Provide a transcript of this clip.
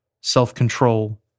self-control